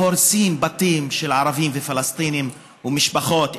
והורסים בתים של ערבים ופלסטינים ומשפחות.